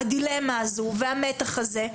הדילמה הזו והמתח הזה,